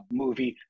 movie